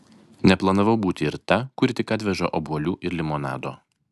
neplanavau būti ir ta kuri tik atveža obuolių ir limonado